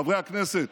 חברי הכנסת,